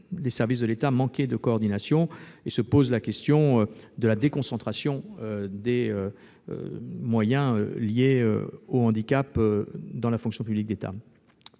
les services de l'État manquaient de coordination. Se pose la question de la déconcentration des moyens dévolus au handicap dans la fonction publique d'État.